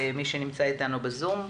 מי שנשמע איתנו בזום,